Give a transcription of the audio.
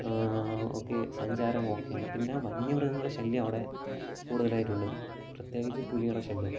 ഒക്കെ സഞ്ചാരം ഓക്കെയാണ് പിന്നെ വന്യമൃഗങ്ങളെ ശല്യം അവിടെ കൂടുതലായിട്ടുണ്ട് പ്രത്യേകിച്ച് പുലിയുടെ ശല്യം